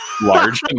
large